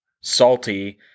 salty